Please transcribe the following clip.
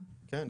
כן, כן.